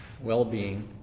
well-being